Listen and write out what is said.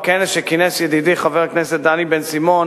הכנס שכינס ידידי חבר הכנסת דני בן-סימון,